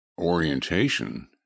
orientation